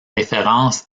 référence